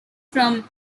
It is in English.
from